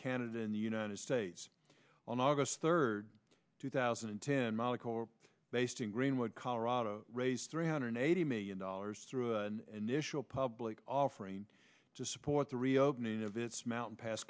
canada in the united states on august third two thousand and ten moloko are based in greenwood colorado raised three hundred eighty million dollars through and initial public offering to support the reopening of its mountain pas